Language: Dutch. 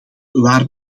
waar